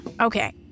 Okay